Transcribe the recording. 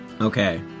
Okay